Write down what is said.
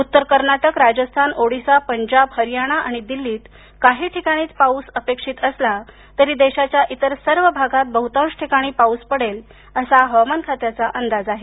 उत्तर कर्नाटक राजस्थान ओडिसा पंजाब हरियाणा आणि दिल्लीत काही ठिकाणीच पाऊस अपेक्षित असला तरी देशाच्या इतर सर्व भागात बहुतांश ठिकाणी पाऊस पडेल असा हवामान खात्याचा अंदाज आहे